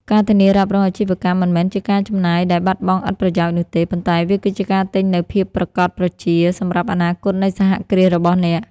ការធានារ៉ាប់រងអាជីវកម្ម មិនមែនជាការចំណាយដែលបាត់បង់ឥតប្រយោជន៍នោះទេ ប៉ុន្តែវាគឺជាការទិញនូវ "ភាពប្រាកដប្រជា" សម្រាប់អនាគតនៃសហគ្រាសរបស់អ្នក។